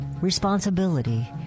responsibility